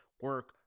Work